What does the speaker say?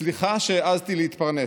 "סליחה שהעזתי להתפרנס.